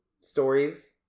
stories